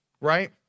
right